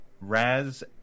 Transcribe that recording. Raz